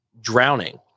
drowning